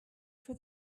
for